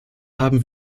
haben